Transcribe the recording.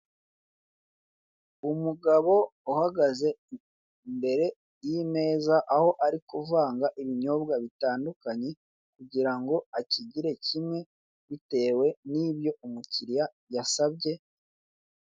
Umugabo uhagaze imbere y'imeza aho ari kuvanga ibinyobwa bitandukanye kugira ngo akigire kimwe bitewe n'ibyo umukiriya yasabye.